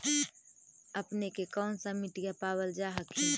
अपने के कौन सा मिट्टीया पाबल जा हखिन?